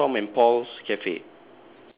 uh eh tom and paul's cafe